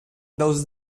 those